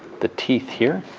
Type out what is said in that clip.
the teeth here